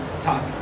talk